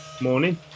Morning